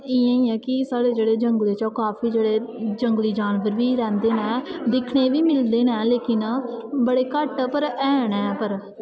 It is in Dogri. इ'यां ऐ कि हून साढ़े जेह्ड़े जंगलें च ओह् काफी जेह्ड़े जंगली जानवर बी रैंह्दे न दिक्खने गी बी मिलदे न लेकिन बड़े घट्ट पर है न पर